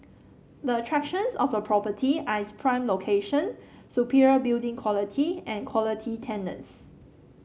the attractions of the property are its prime location superior building quality and quality tenants